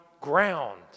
ground